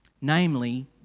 Namely